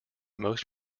most